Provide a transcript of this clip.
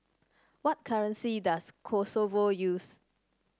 what currency does Kosovo use